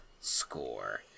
score